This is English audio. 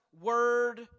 word